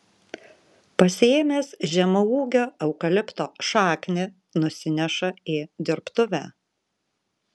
pasiėmęs žemaūgio eukalipto šaknį nusineša į dirbtuvę